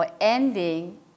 ending